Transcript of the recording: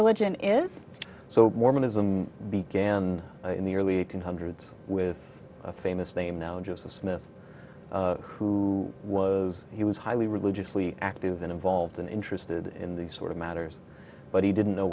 religion is so mormonism began in the early eighty's hundreds with a famous name now joseph smith who was he was highly religiously active and involved and interested in these sort of matters but he didn't know